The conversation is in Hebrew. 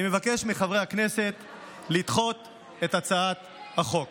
אני מבקש מחברי הכנסת לדחות את הצעת החוק.